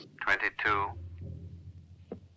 Twenty-two